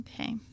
okay